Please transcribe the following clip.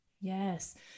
Yes